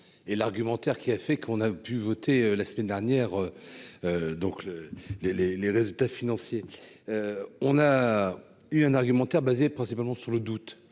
et l'argumentaire qui a fait qu'on a pu voter la semaine dernière, donc le les, les, les résultats financiers, on a eu un argumentaire basé principalement sur le doute